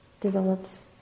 develops